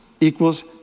equals